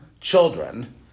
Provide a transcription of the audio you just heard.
children